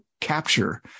capture